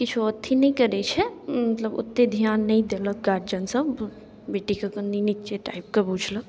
किछु अथी नहि करै छै मतलब ओतेक धिआन नहि देलक गार्जिअनसब बेटीके कनि निचे टाइपके बुझलक